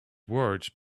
words